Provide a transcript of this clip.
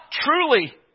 truly